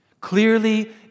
Clearly